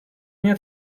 nie